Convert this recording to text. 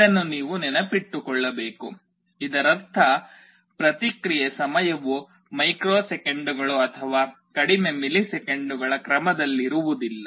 ಇದನ್ನು ನೀವು ನೆನಪಿಟ್ಟುಕೊಳ್ಳಬೇಕು ಇದರರ್ಥ ಪ್ರತಿಕ್ರಿಯೆ ಸಮಯವು ಮೈಕ್ರೊ ಸೆಕೆಂಡುಗಳು ಅಥವಾ ಕಡಿಮೆ ಮಿಲಿಸೆಕೆಂಡುಗಳ ಕ್ರಮದಲ್ಲಿರುವುದಿಲ್ಲ